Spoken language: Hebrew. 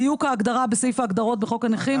דיוק ההגדרה בסעיף ההגדרות בחוק הנכים.